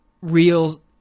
real